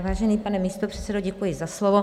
Vážený pane místopředsedo, děkuji za slovo.